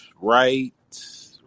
right